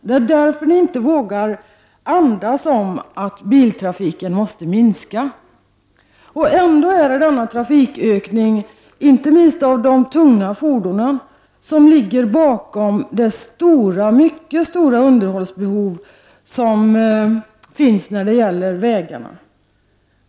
Det är därför ni inte vågar andas om att biltrafiken måste minska. Ändå är det denna trafikökning, inte minst av de tunga fordonen, som ligger bakom det mycket stora underhållsbehov som finns när det gäller vägarna.